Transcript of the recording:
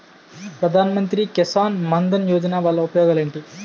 ప్రధాన మంత్రి కిసాన్ మన్ ధన్ యోజన వల్ల ఉపయోగాలు ఏంటి?